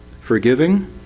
forgiving